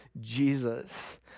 Jesus